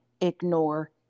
ignore